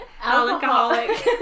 alcoholic